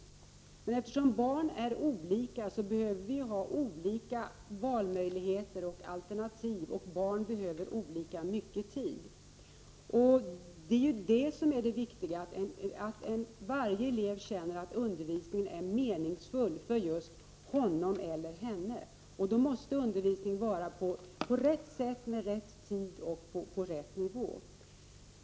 Men eftersom barn är olika, behöver de olika valmöjligheter och alternativ, och barnen behöver olika mycket tid. Det viktiga är ju att varje elev känner att undervisningen är meningsfull för just honom eller henne, och då måste undervisningen ske på rätt sätt, vid rätt tid och på rätt nivå.